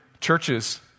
churches